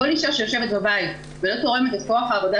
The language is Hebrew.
כל אישה שיושבת בבית ולא תורמת את כוח העבודה